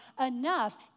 enough